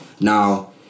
now